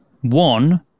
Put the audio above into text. one